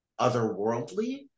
otherworldly